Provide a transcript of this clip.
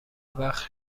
وقت